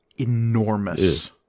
Enormous